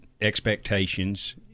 expectations